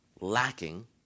lacking